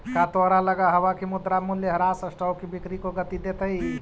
का तोहरा लगअ हवअ की मुद्रा मूल्यह्रास स्टॉक की बिक्री को गती देतई